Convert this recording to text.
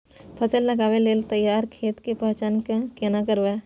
फसल लगबै के लेल तैयार खेत के पहचान केना करबै?